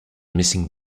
missing